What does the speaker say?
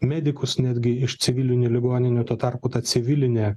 medikus netgi iš civilinių ligoninių tuo tarpu ta civilinė